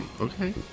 Okay